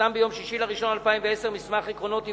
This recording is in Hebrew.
נחתם ביום 6 בינואר 2010 מסמך עקרונות עם